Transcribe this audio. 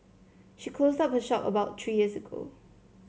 she closed her shop about three years ago